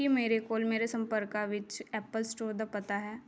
ਕੀ ਮੇਰੇ ਕੋਲ ਮੇਰੇ ਸੰਪਰਕਾਂ ਵਿੱਚ ਐਪਲ ਸਟੋਰ ਦਾ ਪਤਾ ਹੈ